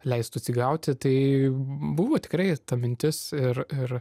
leistų atsigauti tai buvo tikrai ta mintis ir